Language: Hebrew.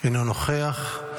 אינו נוכח.